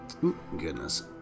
Goodness